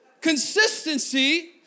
Consistency